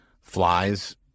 flies